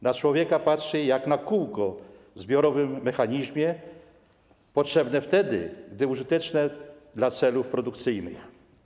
Na człowieka patrzy jak na kółko w zbiorowym mechanizmie potrzebne wtedy, gdy jest użyteczne do celów produkcyjnych.